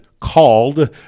called